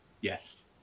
Yes